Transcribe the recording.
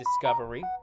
Discovery